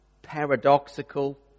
paradoxical